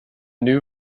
new